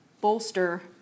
bolster